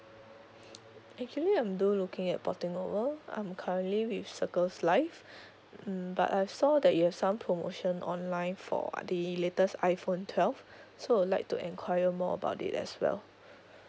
actually um I'm do looking at porting over I'm currently with Circles Life mm but I've saw that you have some promotion online for uh the latest iPhone twelve so I'd like to inquire more about it as well